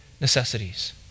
necessities